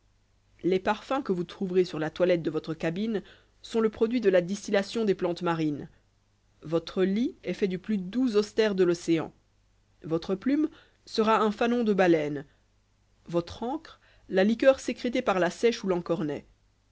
les parfums que vous trouverez sur la toilette de votre cabine sont le produit de la distillation des plantes marines votre lit est fait du plus doux zostère de l'océan votre plume sera un fanon de baleine votre encre la liqueur sécrétée par la seiche ou l'encornet